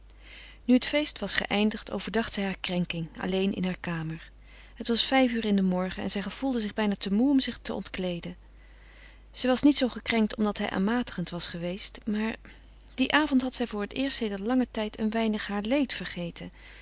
nu het feest was geëindigd overdacht zij hare krenking alleen in hare kamer het was vijf uur in den morgen en zij gevoelde zich bijna te moê om zich te ontkleeden zij was niet zoozeer gekrenkt omdat hij aanmatigend was geweest maar dien avond had zij voor het eerst sedert langen tijd een weinig haar leed vergeten